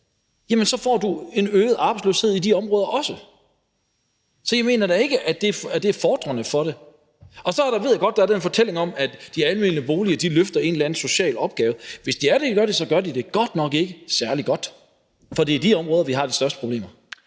man også en øget arbejdsløshed i de områder. Så jeg mener da ikke, at det er fordrende for det. Så ved jeg godt, at der er den fortælling om, at de almene boliger løfter en eller anden social opgave. Hvis de gør det, så gør de det godt nok ikke særlig godt, for det er i de områder, vi har de største problemer.